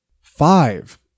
Five